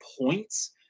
points